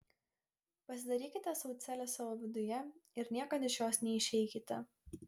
pasidarykite sau celę savo viduje ir niekad iš jos neišeikite